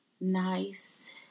nice